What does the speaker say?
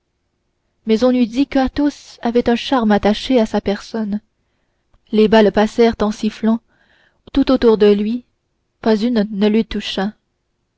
mais on eût dit qu'athos avait un charme attaché à sa personne les balles passèrent en sifflant tout autour de lui pas une ne le